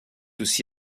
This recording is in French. aussi